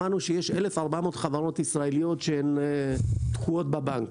שמענו שיש 1400 חברות ישראליות שתקועות בבנק"